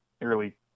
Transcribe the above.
nearly